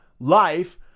Life